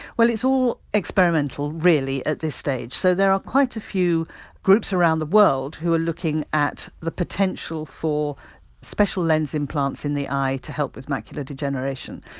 it's all experimental really at this stage, so there are quite a few groups around the world who are looking at the potential for special lens implants in the eye to help with macular degeneration.